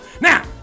Now